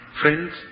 friends